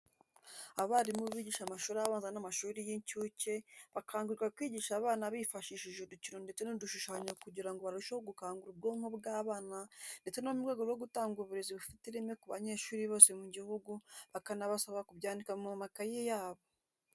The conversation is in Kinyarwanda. Abarimu bigisha amashuri abanza n'amashuri y'inshuke bakangurirwa kwigisha abana bifashishije udukino ndetse n'udushushanyo kugira ngo barusheho gukangura ubwonko bw'abana ndetse no mu rwego rwo gutanga uburezi bufite ireme ku banyeshuri bose mu gihugu bakanabasaba kubyandika mu makayi yabo.